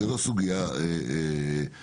זו לא סוגיה כלכלית.